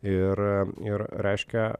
ir ir reiškia